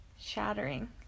shattering